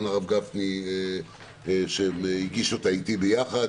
גם לרב גפני שהגיש אותה אתי ביחד